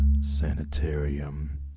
Sanitarium